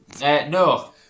No